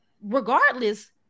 regardless